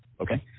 Okay